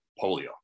polio